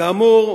כאמור,